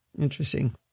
Interesting